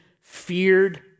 feared